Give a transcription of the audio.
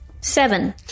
Seven